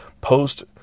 post